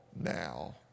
now